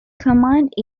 command